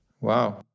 Wow